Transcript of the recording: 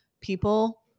people